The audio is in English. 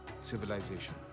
civilization